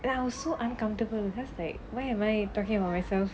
and I was so uncomfortable because like why am I talking about myself